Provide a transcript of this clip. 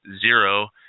zero